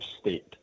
state